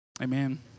Amen